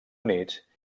units